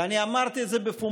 ואני אמרתי את זה בפומבי,